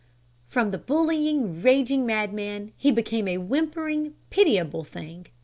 from the bullying, raging madman, he became a whimpering, pitiable thing.